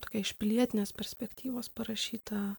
tokia iš pilietinės perspektyvos parašyta